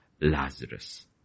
Lazarus